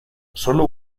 solo